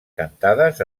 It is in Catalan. cantades